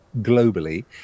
globally